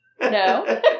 No